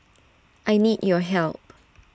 I need your help